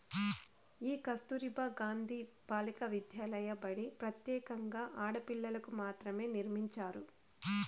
ఈ కస్తుర్బా గాంధీ బాలికా విద్యాలయ బడి ప్రత్యేకంగా ఆడపిల్లలకు మాత్రమే నిర్మించారు